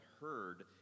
heard